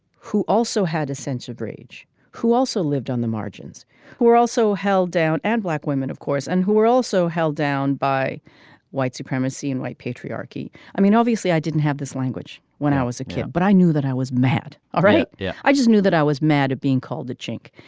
who also had a sense of rage who also lived on the margins who were also held down and black women of course and who were also held down by white supremacy and white patriarchy. i mean obviously i didn't have this language when i was a kid but i knew that i was mad all right. yeah i just knew that i was mad at being called the chink.